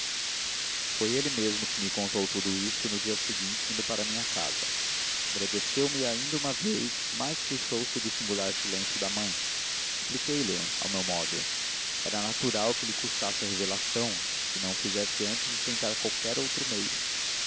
foi ele mesmo que me contou tudo isso no dia seguinte indo a minha casa agradeceu me ainda uma vez mas queixou-se do singular silêncio da mãe expliquei lho a meu modo era natural que lhe custasse a revelação e não a fizesse antes de tentar qualquer outro meio